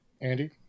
Andy